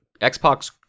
xbox